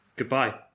Goodbye